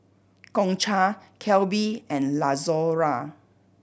Concha Kelby and Lazaro